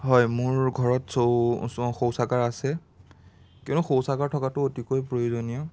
হয় মোৰ ঘৰত চৌ শৌচাগাৰ আছে কিয়নো শৌচাগাৰ থকাটো অতিকৈ প্ৰয়োজনীয়